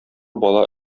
бала